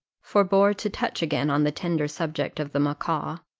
forbore to touch again on the tender subject of the macaw,